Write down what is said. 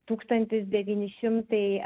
tūkstantis devyni šimtai